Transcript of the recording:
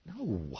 No